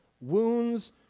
wounds